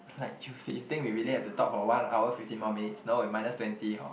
like you you think we really have to talk for one hour fifty more minutes no we minus twenty hor